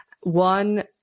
One